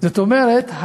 זאת אומרת,